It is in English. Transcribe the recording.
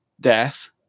death